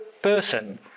person